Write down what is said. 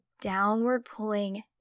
downward-pulling